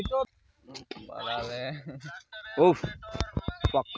আতা ফলের প্রতিটা কোষের ভিতরে বীজ আছে বীজকে ঘিরে থাকা নরম আর রসালো অংশ খেতে হয়